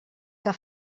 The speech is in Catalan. que